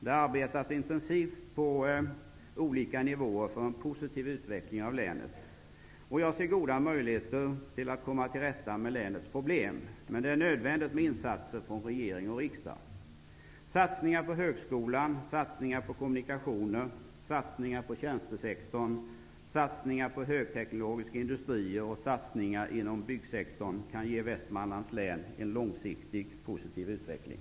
Det arbetas intensivt på olika nivåer för en positiv utveckling av länet. Jag ser goda möjligheter till att komma till rätta med länets problem. Men det är nödvändigt med insatser från regering och riksdag. Satsningar på högskolan, satsningar på kommunikationer, satsningar på tjänstesektorn, satsningar på högteknologiska industrier och satsningar inom byggsektorn kan ge Västmanlands län en långsiktigt positiv utveckling.